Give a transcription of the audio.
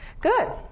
good